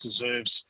deserves